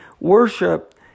worship